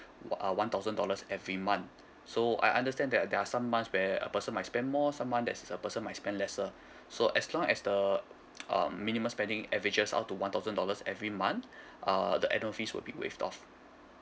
one uh one thousand dollars every month so I understand that there are some months where a person might spend more some month there is a person might spend lesser so as long as the um minimum spending averages out to one thousand dollars every month uh the annual fees will be waived off